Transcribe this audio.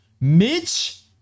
Mitch